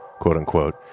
quote-unquote